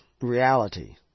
reality